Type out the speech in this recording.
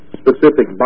specific